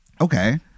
okay